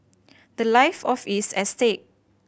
the life of is at stake